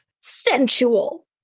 sensual